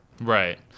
Right